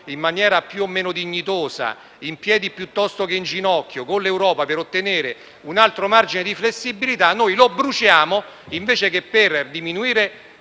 in maniera più o meno dignitosa, in piedi piuttosto che in ginocchio, per ottenere un altro margine di flessibilità, lo si brucerà, invece che per diminuire